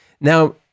Now